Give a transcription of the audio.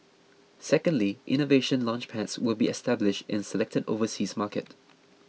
secondly Innovation Launchpads will be established in selected overseas markets